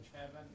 heaven